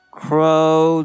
crow